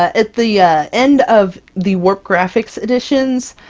at the end of the warp graphics editions,